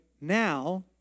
now